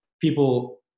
People